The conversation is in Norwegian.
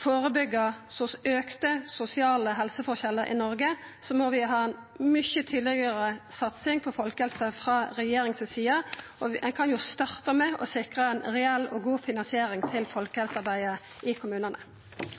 førebyggja auka sosiale helseforskjellar i Noreg, må vi ha ei mykje tydelegare satsing på folkehelse frå regjeringa si side. Ein kan starta med å sikra ei reell og god finansiering av folkehelsearbeidet i kommunane.